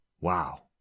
Wow